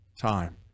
time